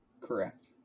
Correct